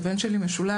הבן שלי משולב,